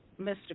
Mr